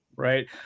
Right